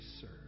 serve